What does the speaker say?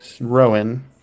Rowan